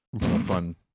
Fun